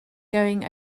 going